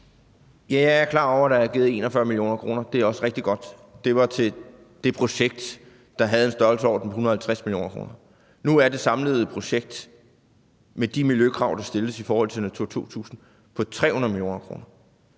jeg er klar over, at der er givet 41 mio. kr., og det er også rigtig godt. Det var til det projekt, der var i størrelsesorden 150 mio. kr. Nu er det samlede projekt med de miljøkrav, der stilles i forhold til Natura 2000, på 300 mio. kr.